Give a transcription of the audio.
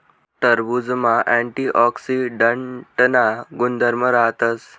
टरबुजमा अँटीऑक्सीडांटना गुणधर्म राहतस